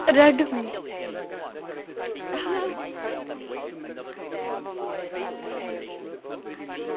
Redmi